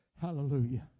Hallelujah